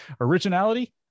originality